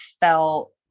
felt